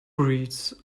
breeds